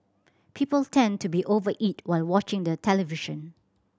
people tend to be over eat while watching the television